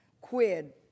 quid